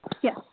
Yes